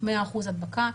100% הדבקה.